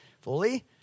fully